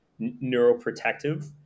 neuroprotective